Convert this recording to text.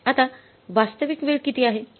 आता वास्तविक वेळ किती आहे